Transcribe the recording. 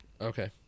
Okay